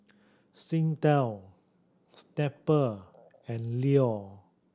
Singtel Snapple and Leo